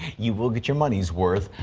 you will get your money's worth.